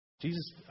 Jesus